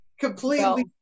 completely